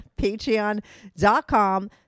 Patreon.com